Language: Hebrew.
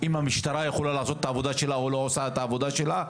אם המשטרה יכולה לעשות את העבודה שלה או לא עושה את העבודה שלה.